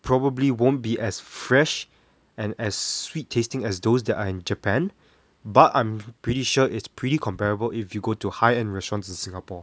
probably won't be as fresh and as sweet tasting as those that are in japan but I'm pretty sure it's pretty comparable if you go to high end restaurants in singapore